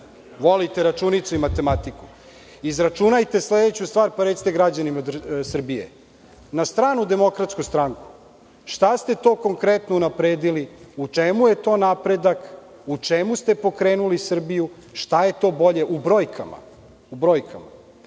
volite računicu i matematiku, izračunajte sledeću stvar pa recite građanima Srbije, na stranu DS, šta ste to konkretno unapredili, u čemu je to napredak, u čemu ste pokrenuli Srbiju, šta je to bolje, u brojkama?